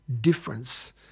difference